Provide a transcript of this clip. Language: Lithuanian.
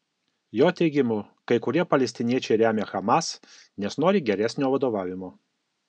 jo teigimu kai kurie palestiniečiai remia hamas nes nori geresnio vadovavimo